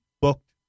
booked